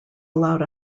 allowed